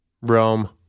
Rome